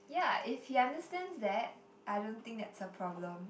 ya if he understands that I don't think that's a problem